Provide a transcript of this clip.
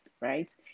right